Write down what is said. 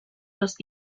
los